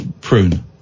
prune